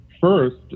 first